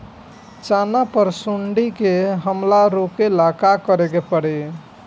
चना पर सुंडी के हमला रोके ला का करे के परी?